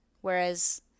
whereas